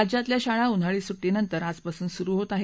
राज्यातल्या शाळा उन्हाळी सुर्रीमंतर आजपासून सुरू होत आहेत